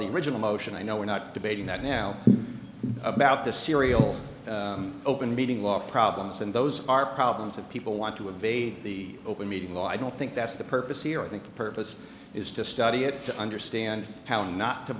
the original motion i know we're not debating that now about the serial open meeting law problems and those are problems that people want to evade the open meetings law i don't think that's the purpose here i think the purpose is to study it to understand how not to